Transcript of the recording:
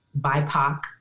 BIPOC